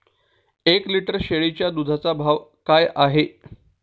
एक लिटर शेळीच्या दुधाचा भाव काय आहे?